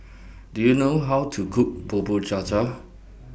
Do YOU know How to Cook Bubur Cha Cha